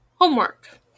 Homework